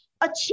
achieve